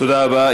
תודה רבה.